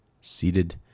seated